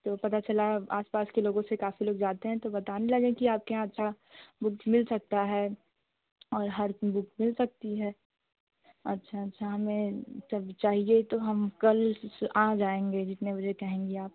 तो पता चला आसपास के लोगों से काफ़ी लोग जाते हैं तो बताने लगें कि आपके यहाँ अच्छा बुक्स मिल सकता है और हर बुक मिल सकती है अच्छा अच्छा हमें सब चाहिए ही तो हम कल से आ जाएँगे जितने बजे कहेंगी आप